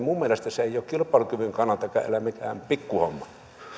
minun mielestäni ei ole kilpailukyvyn kannaltakaan enää mikään pikku homma